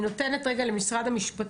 אני נותנת רגע את זכות הדיבור למשרד המשפטים,